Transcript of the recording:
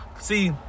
See